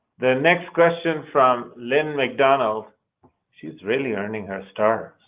the next question from lynn mcdonald she's really earning her stars.